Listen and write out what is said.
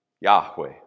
Yahweh